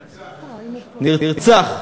נרצח.